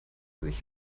sich